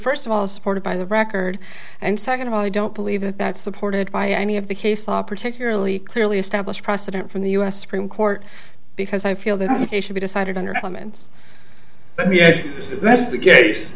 first of all supported by the record and second of all i don't believe that that's supported by any of the case law particularly clearly established precedent from the us supreme court because i feel that they should be decided on her comments but that's the case